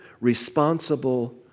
responsible